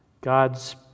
God's